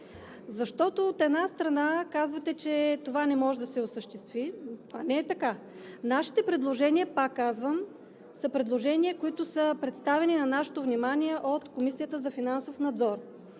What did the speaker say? защото казвате, че това не може да се осъществи, а това не е така. Нашите предложения, пак казвам, са предложения, които са представени на нашето внимание от Комисията за финансов надзор